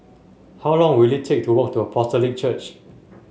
how long will it take to walk to Apostolic Church